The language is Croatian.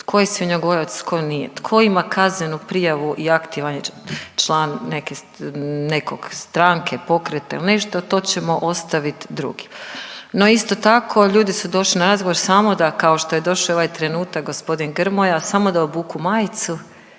tko je svinjogojac, tko nije, tko ima kaznenu prijavu i aktivan je član nekog stranke, pokreta ili nešto to ćemo ostavit drugima. No, isto tako ljudi su došli na razgovor samo da kao što je došao ovaj trenutak gospodin Grmoja samo da obuku majicu